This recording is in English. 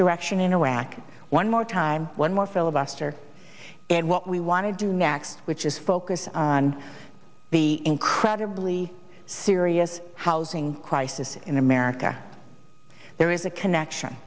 direction in iraq one more time one more filibuster and what we want to do next which is focus on the incredibly serious housing crisis in america there is a connection